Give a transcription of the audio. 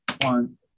One